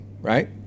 right